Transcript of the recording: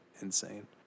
insane